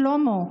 שלמה,